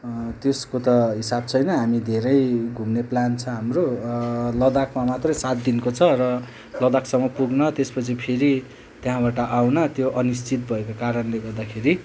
त्यसको त हिसाब छैन हामी धेरै घुम्ने प्लान छ हाम्रो लदाकमा मात्रै सात दिनको छ र लदाकसम्म पुग्न त्यसपछि फेरी त्यहाँबाट आउन त्यो अनिश्चित भएको कारणले गर्दाखेरि